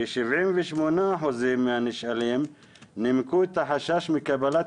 ו-78% מהנשאלים נימקו את החשש מקבלת